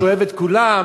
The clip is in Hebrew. שאוהב את כולם,